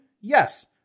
yes